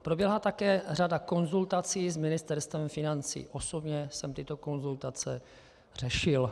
Proběhla také řada konzultací s Ministerstvem financí, osobně jsem tyto konzultace řešil.